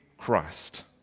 Christ